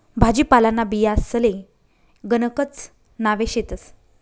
भाजीपालांना बियांसले गणकच नावे शेतस